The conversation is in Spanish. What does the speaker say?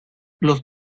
los